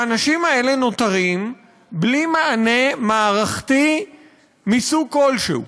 האנשים האלה נותרים בלי מענה מערכתי מסוג כלשהו.